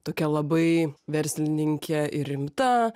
tokia labai verslininkė ir rimta